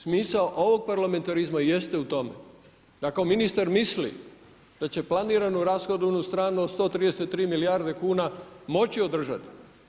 Smisao ovog parlamentarizma jeste u tome da kao ministar misli da će planiranu rashodovnu stranu od 133 milijarde kuna moći održati.